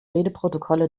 redeprotokolle